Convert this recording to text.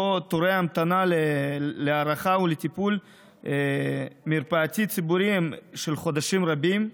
שבו תורי ההמתנה להערכה וטיפול מרפאתי ציבורי הם של חודשים רבים,